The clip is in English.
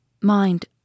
Mind